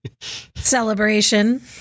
celebration